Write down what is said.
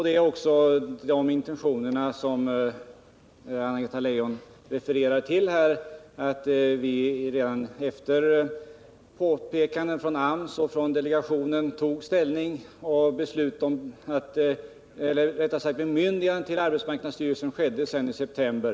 Det är också de intentionerna som lett till de åtgärder som Anna-Greta Leijon refererar till här: Redan efter påpekandena från AMS och från delegationen tog vi ställning i frågan och bemyndigande gavs sedan arbetsmarknadsstyrelsen i september.